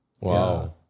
Wow